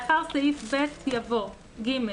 לאחר סעיף זה יבוא: ג.